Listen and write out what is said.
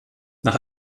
nach